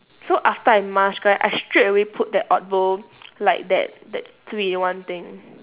so after I mask right I straightaway put that odbo like that that three in one thing